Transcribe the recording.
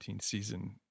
season